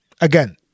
Again